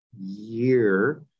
year